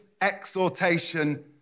exhortation